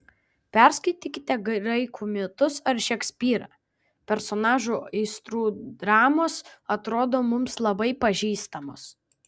paskaitykite graikų mitus ar šekspyrą personažų aistrų dramos atrodo mums labai pažįstamos